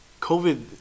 COVID